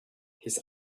his